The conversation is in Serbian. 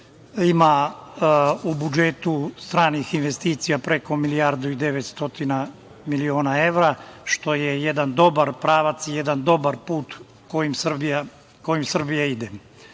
ima u budžetu stranih investicija preko milijardu i 900 stotina miliona evra, što je jedan dobar pravac i jedan dobar put kojim Srbija ide. Ne